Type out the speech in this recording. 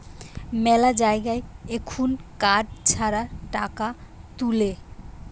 মেলা জায়গায় এখুন কার্ড ছাড়া টাকা তুলে